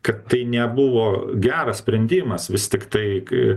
kad tai nebuvo geras sprendimas vis tiktai k